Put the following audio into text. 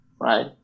Right